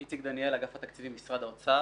אגף התקציבים, משרד האוצר.